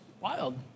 wild